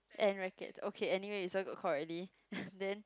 and racket okay anyway this one got caught already then